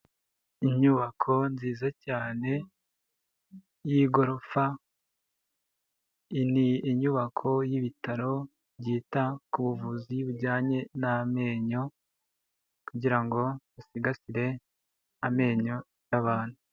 Inyubako nziza cyane y'igorofa, ni inyubako y'ibitaro byita ku buvuzi bujyanye n'amenyo kugira ngo basigasire amenyo y'abantu.